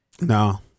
No